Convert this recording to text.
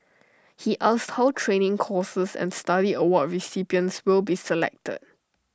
he asked how training courses and study award recipients will be selected